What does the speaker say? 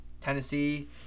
Tennessee